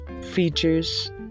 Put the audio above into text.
features